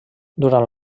durant